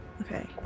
Okay